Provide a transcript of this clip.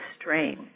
strain